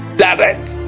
direct